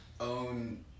own